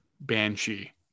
banshee